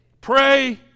Pray